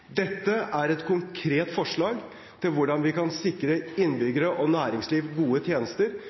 Dette er et konkret forslag til hvordan vi kan sikre innbyggere og næringsliv gode tjenester,